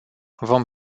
vom